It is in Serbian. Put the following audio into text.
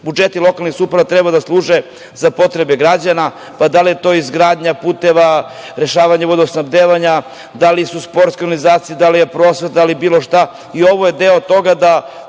budžeti lokalnih samouprava treba da služe za potrebe građana, pa da li je to izgradnja puteva, rešavanje vodosnabdevanja, da li su sportske organizacije, da li je prosveta, da li je bilo šta. I ovo je deo toga da